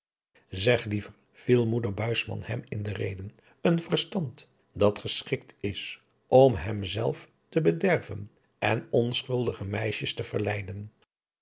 zeg liever viel moeder buisman hem in de reden een verstand dat geschikt is om hem zelv te bederven en onschuldige meisjes te verleiden